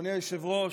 אדוני היושב-ראש,